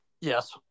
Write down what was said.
Yes